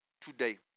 today